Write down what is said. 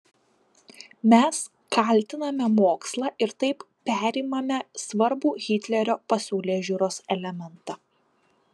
mes kaltiname mokslą ir taip perimame svarbų hitlerio pasaulėžiūros elementą